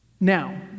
Now